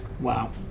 Wow